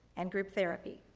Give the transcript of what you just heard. and group therapy.